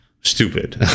stupid